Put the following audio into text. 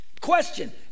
question